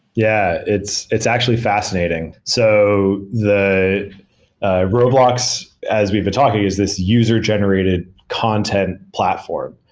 yeah. it's it's actually fascinating. so the roblox as we've been talking is this user generated content platform.